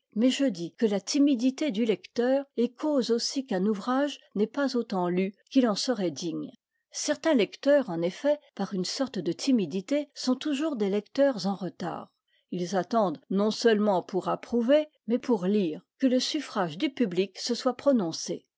mais je dis que la timidité du lecteur est cause aussi qu'un ouvrage n'est pas autant lu qu'il en serait digne certains lecteurs en effet par une sorte de timidité sont toujours des lecteurs en retard ils attendent non seulement pour approuver mais pour lire que le suffrage du public se soit prononcé